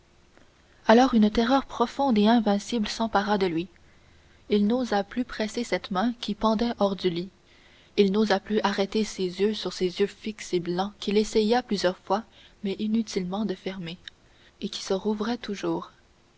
alors une terreur profonde et invincible s'empara de lui il n'osa plus presser cette main qui pendait hors du lit il n'osa plus arrêter ses yeux sur ces yeux fixes et blancs qu'il essaya plusieurs fois mais inutilement de fermer et qui se rouvraient toujours